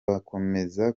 bakomeza